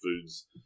foods